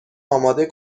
اماده